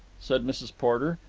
said mrs. porter.